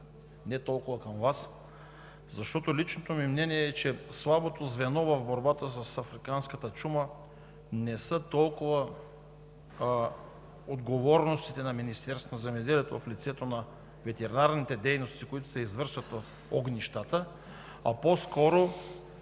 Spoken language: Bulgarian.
не толкова към Вас, защото личното ми мнение е, че слабото звено в борбата с африканската чума не са толкова отговорностите на Министерството на земеделието, в лицето на ветеринарните дейности, които са извършват в огнищата, а по-скоро